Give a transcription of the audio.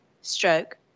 stroke